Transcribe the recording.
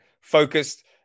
focused